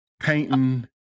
Painting